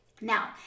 Now